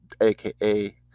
aka